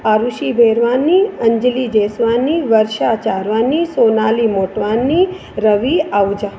Arushi Bairwani Anjali Jaiswani Varsha Charwani Sonali Motwani Ravi Ahuja